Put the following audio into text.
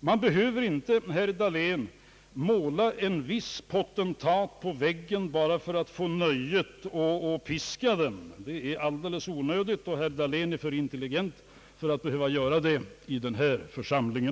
Man behöver inte, herr Dahlén, måla en viss potentat på väggen bara för att få nöjet att piska honom. Det är alldeles onödigt, och herr Dahlén är alldeles för intelligent för att behöva göra så i denna församling.